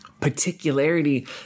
Particularity